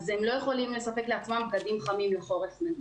אז הם לא יכולים לספק לעצמם בגדים חמים לחורף.